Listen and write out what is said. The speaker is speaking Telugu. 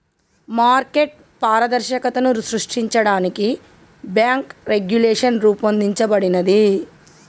మార్కెట్ పారదర్శకతను సృష్టించడానికి బ్యేంకు రెగ్యులేషన్ రూపొందించబడినాది